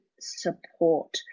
support